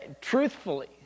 truthfully